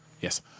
Yes